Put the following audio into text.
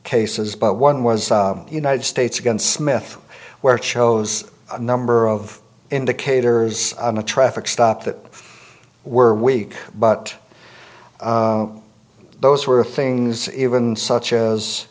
cases but one was united states against smith where it shows a number of indicators on a traffic stop that were weak but those were things even such as